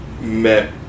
met